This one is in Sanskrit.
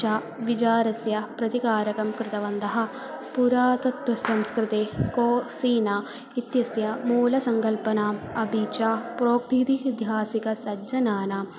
च विचारस्य प्रतिकारकं कृतवन्तः पुरातत्वसंस्कृतेः कोसीना इत्यस्य मूलसङ्कल्पनाम् अपि च प्रोक्तमिति हि अध्यासिकसज्जनानाम्